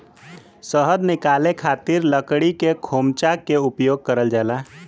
शहद निकाले खातिर लकड़ी के खोमचा के उपयोग करल जाला